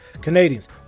Canadians